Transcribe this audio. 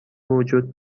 وجود